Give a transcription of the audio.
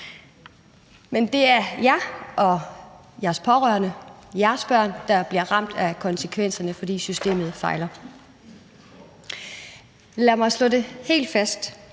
Men det er jer, jeres pårørende, jeres børn, der bliver ramt af konsekvenserne, fordi systemet fejler. Lad mig slå det helt fast: